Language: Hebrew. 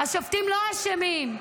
השופטים לא אשמים.